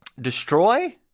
Destroy